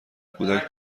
کودک